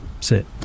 Sit